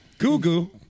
Goo-goo